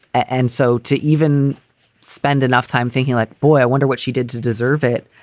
and so to even spend enough time thinking like, boy, i wonder what she did to deserve it.